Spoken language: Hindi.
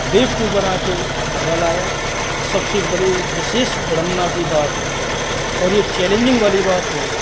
बेवकूफ़ बना के भगा लाया सबसे बड़ी विशिष्ट विडंबना की बात है और ये चैलेजिंग वाली बात है